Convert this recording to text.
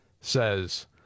says